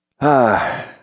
Ah